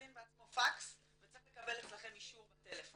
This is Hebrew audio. בעצמו פקס וצריך לקבל אצלכם אישור בטלפון,